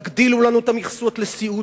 תגדילו לנו את המכסות לסיעוד,